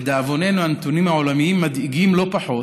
לדאבוננו, הנתונים העולמיים מדאיגים לא פחות,